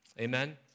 Amen